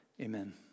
Amen